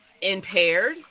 impaired